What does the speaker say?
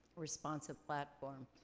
responsive platform.